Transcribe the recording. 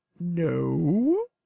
No